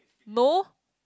no